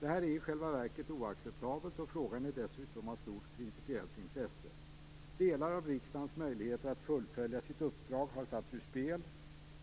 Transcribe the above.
Det här är i själva verket oacceptabelt. Frågan är dessutom av stort principiellt intresse. Delar av riksdagens möjligheter att fullfölja sitt uppdrag har satts ur spel.